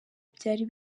byari